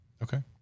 Okay